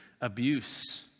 abuse